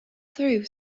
through